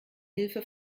hilfe